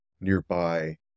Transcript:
nearby